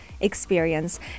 experience